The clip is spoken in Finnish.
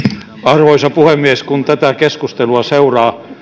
arvoisa puhemies kun tätä keskustelua seuraa